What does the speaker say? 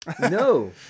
no